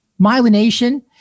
myelination